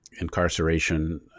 incarceration